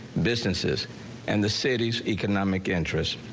businesses and the city's economic interests,